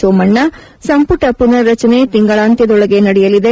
ಸೋಮಣ್ಣ ಸಂಪುಟ ಪುನರ್ ರಚನೆ ತಿಂಗಳಾಂತ್ಯದೊಳಗೆ ನಡೆಯಲಿದೆ